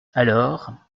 alors